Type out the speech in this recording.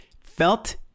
felt